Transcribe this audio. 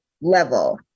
level